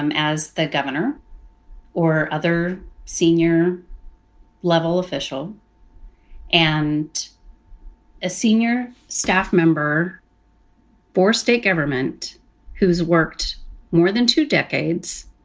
um as the governor or other senior level official and a senior staff member for state government who's worked more than two decades,